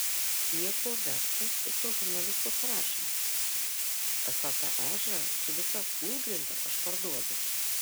nieko vertas ir to žurnalisto parašymas esą tą ežerą su visa kūlgrinda aš parduodu